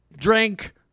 drink